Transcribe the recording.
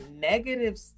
negative